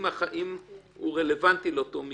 אם הוא רלוונטי לאותו מקרה.